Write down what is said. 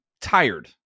tired